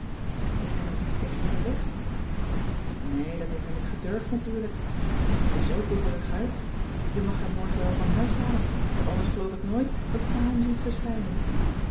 heeft hij nog iets tegen je gezegd nee dat heeft hij niet gedurfd natuurlijk hij ziet er zoo bibberig uit je mag hem morgen wel van huis halen want anders geloof ik nooit dat pa hem ziet verschijnen